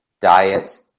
diet